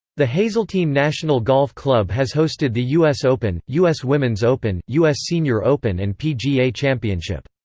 the hazeltine national golf club has hosted the u s. open, u s. women's open, u s. senior open and pga championship.